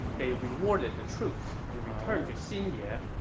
they rewarded the troops and returned to xinye,